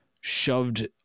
shoved